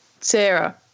sarah